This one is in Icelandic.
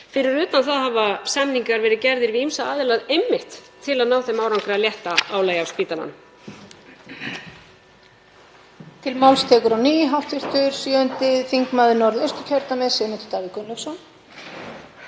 Fyrir utan það hafa samningar verið gerðir við ýmsa aðila einmitt til að ná þeim árangri að létta álagi af spítalanum.